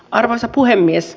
arvoisa puhemies